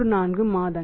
34 மாதங்கள்